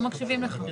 לא מקשיבים לך.